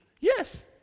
yes